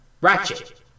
Ratchet